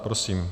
Prosím.